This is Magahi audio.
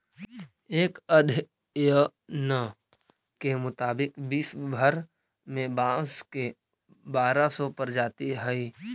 एक अध्ययन के मुताबिक विश्व भर में बाँस के बारह सौ प्रजाति हइ